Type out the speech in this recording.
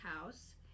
house